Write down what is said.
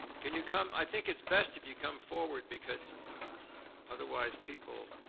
can you come? i think its best if you come forward because otherwise people